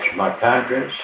my pancreas.